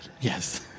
Yes